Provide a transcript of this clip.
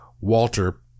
Walter